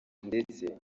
ndetse